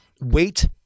Wait